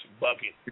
bucket